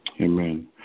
Amen